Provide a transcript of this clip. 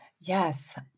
Yes